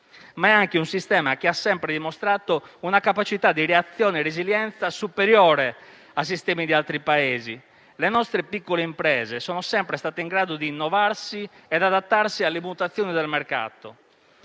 ma è anche un sistema che ha sempre dimostrato una capacità di reazione e resilienza superiore a sistemi di altri Paesi. Le nostre piccole imprese sono sempre state in grado di innovarsi e adattarsi alle mutazioni del mercato.